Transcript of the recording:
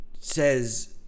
says